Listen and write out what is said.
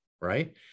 right